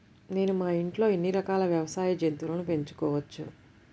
నేను మా ఇంట్లో ఎన్ని రకాల వ్యవసాయ జంతువులను పెంచుకోవచ్చు?